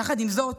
יחד עם זאת,